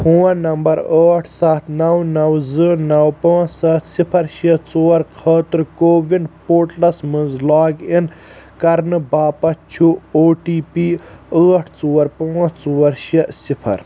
phone number ٲٹھ سته نو نو زٕ نو پانٛژھ سته صفر شےٚ ژور خٲطرٕ کووِن پورٹلس مَنٛز لاگ اِن کرنہٕ باپتھ چھُ او ٹی پی ٲٹھ ژور پانٛژھ ژور شےٚ صفر